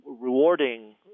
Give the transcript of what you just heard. rewarding